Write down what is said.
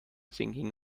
thinking